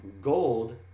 gold